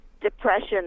depression